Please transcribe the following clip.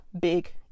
big